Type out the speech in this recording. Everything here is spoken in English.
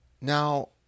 Now